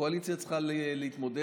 הקואליציה צריכה להתמודד